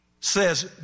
says